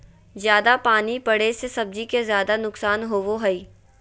जयादा पानी पड़े से सब्जी के ज्यादा नुकसान होबो हइ